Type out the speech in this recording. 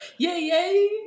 Yay